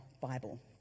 Bible